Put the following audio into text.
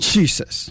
Jesus